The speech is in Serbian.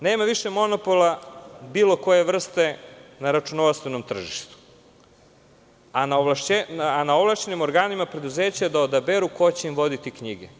Nema više monopola bilo koje vrste na računovodstvenom tržištu, a na ovlašćenim organima preduzeća je da odaberu ko će im voditi knjige.